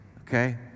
okay